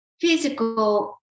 physical